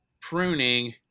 pruning